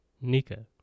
Nika